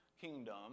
Kingdom